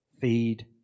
feed